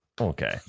Okay